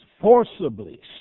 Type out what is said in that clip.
forcibly